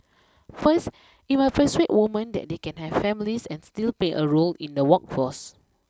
first it may persuade women that they can have families and still play a role in the workforce